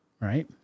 right